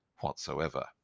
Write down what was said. whatsoever